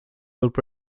would